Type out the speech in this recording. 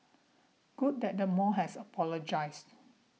good that the mall has apologised